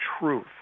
truth